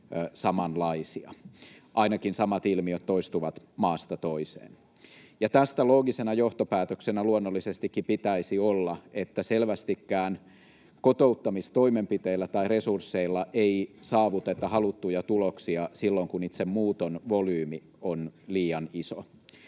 samanlaisia, ainakin samat ilmiöt toistuvat maasta toiseen. Ja tästä loogisena johtopäätöksenä luonnollisestikin pitäisi olla, että selvästikään kotouttamistoimenpiteillä tai ‑resursseilla ei saavuteta haluttuja tuloksia silloin, kun itse muuton volyymi on liian iso.